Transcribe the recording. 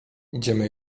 idziemy